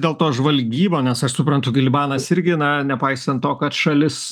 dėl to žvalgyba nes aš suprantu gi libanas irgi na nepaisant to kad šalis